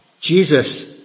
Jesus